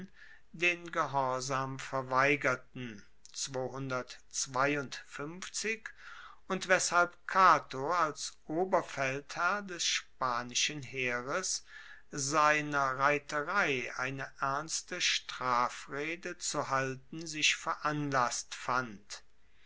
den gehorsam verweigerten und weshalb cato als oberfeldherr des spanischen heeres seiner reiterei eine ernste strafrede zu halten sich veranlasst fand